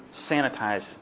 sanitize